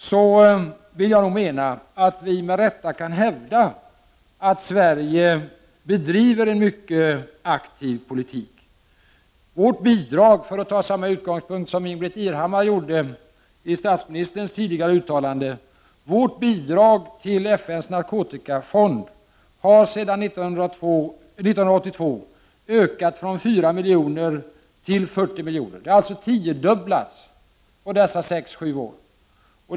Vi kan med rätta hävda att Sverige bedriver en mycket aktiv politik. Sveriges bidrag, för att utgå från samma utgångspunkt som Ingbritt Irhammar gjorde beträffande statsministerns uttalande, till FN:s narkotikafond har sedan 1982 ökat från 4 milj.kr. till 40 milj.kr. Det har alltså tiodubblats på dessa år.